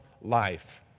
life